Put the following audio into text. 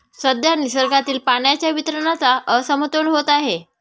सध्या निसर्गातील पाण्याच्या वितरणाचा असमतोल होत आहे